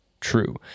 true